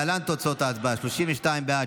להלן תוצאות ההצבעה: 32 בעד,